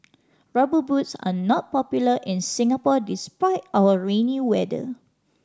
Rubber Boots are not popular in Singapore despite our rainy weather